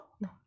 No